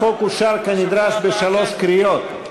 החוק אושר כנדרש בשלוש קריאות.